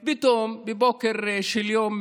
פתאום, בבוקר של יום